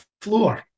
floor